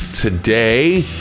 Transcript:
Today